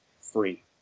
free